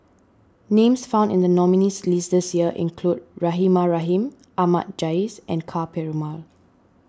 names found in the nominees' list this year include Rahimah Rahim Ahmad Jais and Ka Perumal